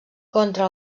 contra